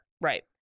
Right